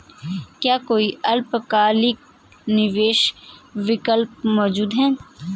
क्या कोई अल्पकालिक निवेश विकल्प मौजूद है?